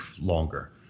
longer